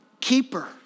keeper